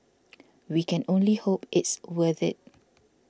we can only hope it's worth it